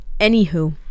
Anywho